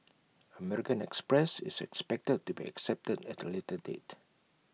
American express is expected to be accepted at A later date